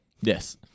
Yes